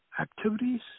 activities